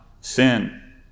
sin